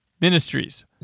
ministries